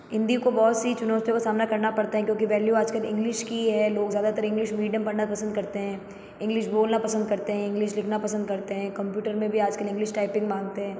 हिंदी को बहुत सी चुनौतियों का सामना करना पड़ता है क्योंकि वैल्यू आजकल इंग्लिश की ही है लोग ज़्यादातर इंग्लिश मीडियम पढ़ना पसंद करते हैं इंग्लिश बोलना पसंद करते हैं इंग्लिश लिखना पसंद करते हैं कंप्युटर में भी आजकल इंग्लिश टाइपिंग माँगते हैं